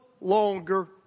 longer